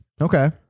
Okay